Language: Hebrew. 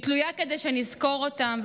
היא תלויה כדי שנזכור אותם,